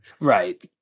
Right